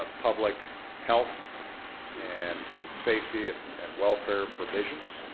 public health and and safety ah and welfare provisions.